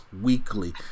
weekly